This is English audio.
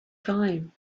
time